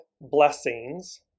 blessings